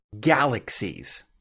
galaxies